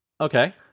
okay